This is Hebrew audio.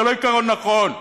זה לא עיקרון נכון.